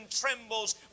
trembles